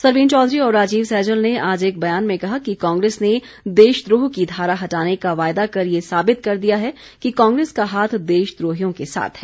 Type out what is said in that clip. सरवीण चौधरी और राजीव सैजल ने आज एक बयान में कहा कि कांग्रेस ने देशद्रोह की धारा हटाने का वायदा कर ये साबित कर दिया है कि कांग्रेस का हाथ देशद्रोहियों के साथ है